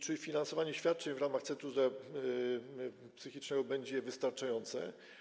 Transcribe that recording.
Czy finansowanie świadczeń w ramach centrum zdrowia psychicznego będzie wystarczające?